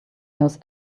knows